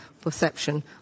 perception